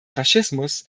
faschismus